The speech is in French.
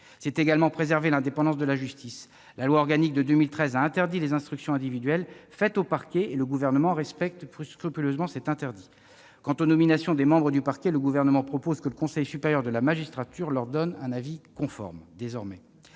C'est également préserver l'indépendance de la justice. La loi organique de 2013 a interdit les instructions individuelles faites aux parquets. Le Gouvernement respecte scrupuleusement cet interdit. Quant aux nominations des membres du parquet, le Gouvernement propose que le Conseil supérieur de la magistrature donne désormais un avis conforme. Madame